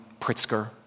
Pritzker